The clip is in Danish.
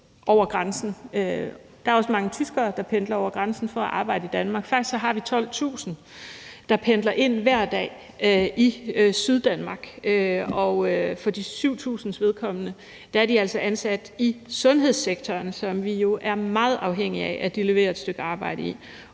Der er også mange tyskere, der pendler over grænsen for at arbejde i Danmark. Faktisk har vi 12.000, der hver dag pendler ind i Syddanmark, og de 7.000 er altså ansat i sundhedssektoren, som vi jo er meget afhængige af at de leverer et stykke arbejde i.